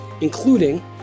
including